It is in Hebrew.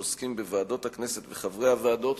שעוסקים בוועדות הכנסת ובחברי הוועדות,